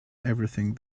everything